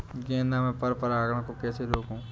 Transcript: गेंदा में पर परागन को कैसे रोकुं?